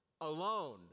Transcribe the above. alone